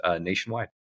nationwide